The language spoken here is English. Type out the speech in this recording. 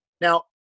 Now